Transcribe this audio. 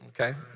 Okay